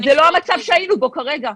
-- וזה לא המצב שהיינו בו כרגע.